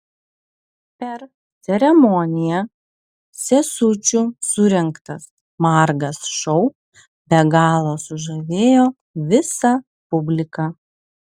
per ceremoniją sesučių surengtas margas šou be galo sužavėjo visą publiką